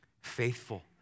faithful